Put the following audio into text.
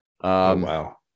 wow